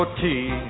tea